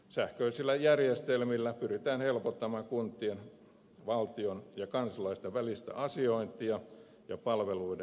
sähköisillä järjestelmillä pyritään helpottamaan kuntien valtion ja kansalaisten välistä asiointia ja palveluiden järjestämistä